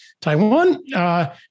Taiwan